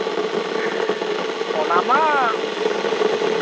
ᱚᱱᱟ ᱢᱟ